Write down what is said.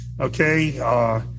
okay